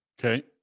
Okay